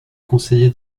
conseiller